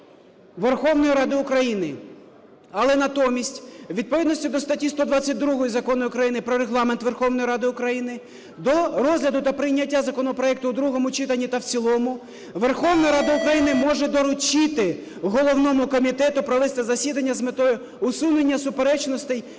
Верховної Ради України. Але натомість у відповідності до статті 122 Закону України "Про Регламент Верховної Ради України" до розгляду та прийняття законопроекту у другому читанні та в цілому Верховна Рада України може доручити головному комітету провести засідання з метою усунення суперечностей